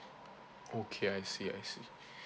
okay I see I see